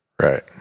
Right